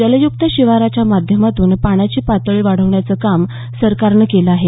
जलयुक्त शिवारच्या माध्यमातून पाण्याची पातळी वाढवण्याचं काम सरकारनं केलं आहे